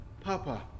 Papa